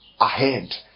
ahead